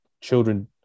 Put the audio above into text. children